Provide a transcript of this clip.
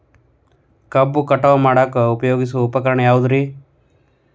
ಕಬ್ಬು ಕಟಾವು ಮಾಡಾಕ ಉಪಯೋಗಿಸುವ ಉಪಕರಣ ಯಾವುದರೇ?